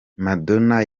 madonna